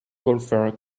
golfer